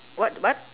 what what